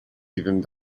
even